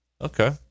Okay